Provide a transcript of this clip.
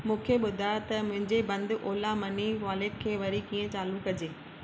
मूंखे ॿुधायो त मुंहिंजे बंदि ऑला मनी वॉलेट खे वरी कीअं चालू कजे